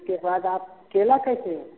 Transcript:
उसके बाद आप केला कैसे